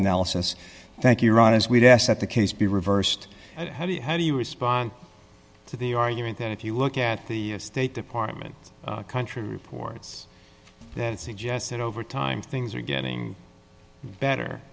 analysis thank you ron as we've asked that the kids be reversed how do you how do you respond to the argument that if you look at the state department country reports that suggests that over time things are getting better